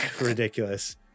Ridiculous